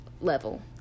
level